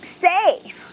say